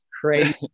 crazy